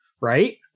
Right